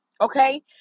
okay